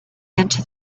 into